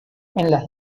las